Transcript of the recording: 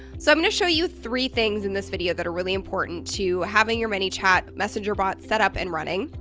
so i'm gonna show you three things in this video that are really important to having your manychat messenger bot set up and running.